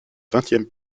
vingtième